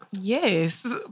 Yes